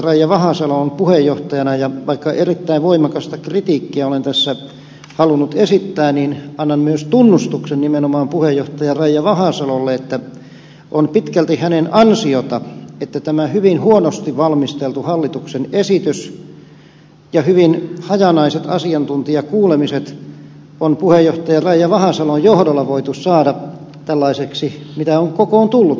raja vahasalo on puheenjohtajana ja vaikka erittäin voimakasta kritiikkiä olen tässä halunnut esittää niin annan myös tunnustuksen nimenomaan puheenjohtaja raija vahasalolle että on pitkälti hänen ansiotaan että tämä hyvin huonosti valmisteltu hallituksen esitys ja hyvin hajanaiset asiantuntijakuulemiset on puheenjohtaja raija vahasalon johdolla voitu saada tällaiseksi mitä on kokoon tullut